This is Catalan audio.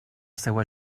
seua